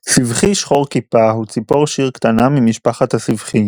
סבכי שחור-כיפה הוא ציפור שיר קטנה ממשפחת הסבכיים.